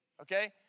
okay